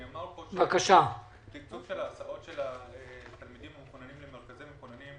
נאמר פה שהסבסוד של ההסעות של תלמידים מחוננים אינו